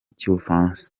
cy’ubufaransa